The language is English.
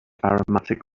aromatic